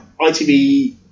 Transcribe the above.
ITB –